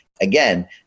again